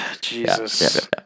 Jesus